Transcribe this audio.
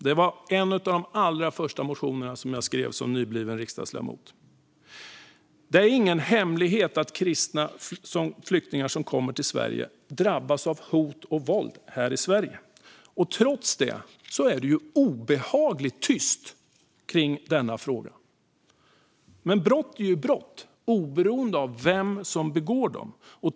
Det tog jag upp i en av de allra första motioner jag skrev som nybliven riksdagsledamot. Det är ingen hemlighet att kristna flyktingar till Sverige drabbas av hot och våld här. Trots detta är det obehagligt tyst kring den frågan. Men brott är brott, oberoende av vem som begår dem.